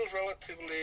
relatively